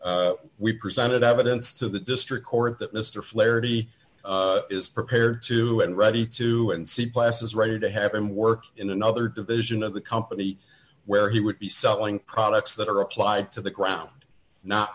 we presented evidence to the district court that mr flaherty is prepared to and ready to see classes ready to have him work in another division of the company where he would be selling products that are applied to the ground not